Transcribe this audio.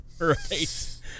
Right